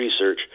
research